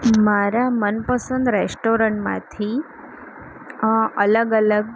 મારા મનપસંદ રેસ્ટોરન્ટમાંથી અલગ અલગ